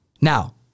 Now